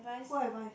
what advice